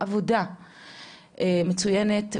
עבודה מצוינת,